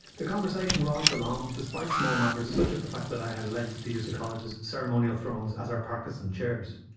the conversation rollicked along, despite small matters such as the fact that i had elected to use the college's ceremonial thrones as our parkinson chairs.